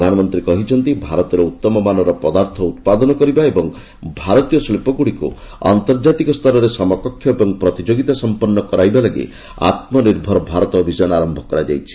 ପ୍ରଧାନମନ୍ତ୍ରୀ କହିଛନ୍ତି ଭାରତରେ ଉଉମମାନର ପଦାର୍ଥ ଉତ୍ପାଦନ କରିବା ଓ ଭାରତୀୟ ଶିଳ୍ପଗୁଡ଼ିକୁ ଆନ୍ତର୍ଜାତିକ ସ୍ତରରେ ସମକକ୍ଷ ଓ ପ୍ରତିଯୋଗିତା ସମ୍ପନ୍ନ କରାଇବା ଲାଗି ଆତ୍ମନିର୍ଭର ଭାରତ ଅଭିଯାନ ଆରମ୍ଭ କରାଯାଇଛି